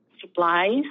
supplies